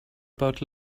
about